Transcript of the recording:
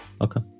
okay